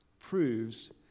Proves